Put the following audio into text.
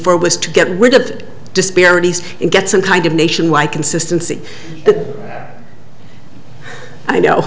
four was to get rid of disparities and get some kind of nationwide consistency that i know